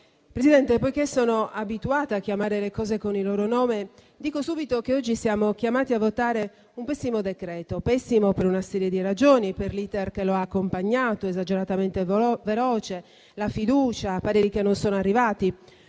Governo, poiché sono abituata a chiamare le cose con il loro nome, dico subito che oggi siamo chiamati a votare un pessimo decreto. Pessimo per una serie di ragioni; per l'*iter* che lo ha accompagnato, esageratamente veloce, la fiducia, i pareri che non sono arrivati.